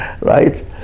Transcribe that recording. Right